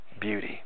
beauty